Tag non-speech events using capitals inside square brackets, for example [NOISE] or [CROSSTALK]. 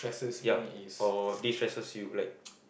ya or destresses you like [NOISE]